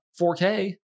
4K